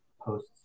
posts